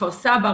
כפר סבא,